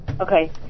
Okay